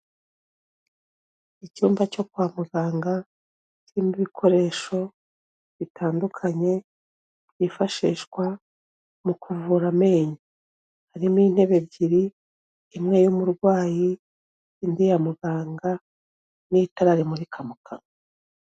Icyumba cyo kwa muganga kirimo ibikoresho bitandukanye, byifashishwa mu kuvura amenyo, harimo intebe ebyiri, imwe y'umurwayi, indi ya muganga n'itara rimurika mu kanwa.